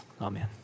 Amen